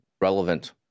relevant